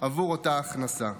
עבור אותה הכנסה.